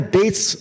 dates